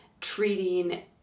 treating